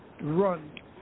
run